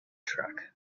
truck